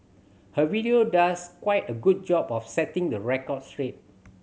her video does quite a good job of setting the record straight